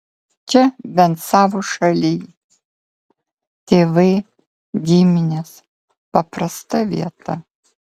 čia bent savo šalyj tėvai giminės paprasta vieta